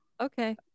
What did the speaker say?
okay